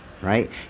right